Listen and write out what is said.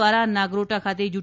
દ્વારા નાગરોટા ખાતે યુ